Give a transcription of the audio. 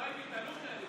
אם כן, אלה התוצאות: